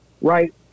right